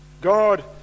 God